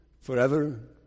forever